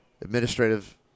administrative